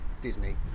Disney